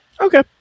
Okay